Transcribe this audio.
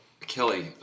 Kelly